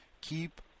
keep